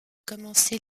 commencer